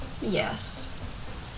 yes